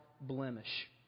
blemish